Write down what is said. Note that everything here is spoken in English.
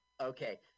Okay